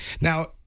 Now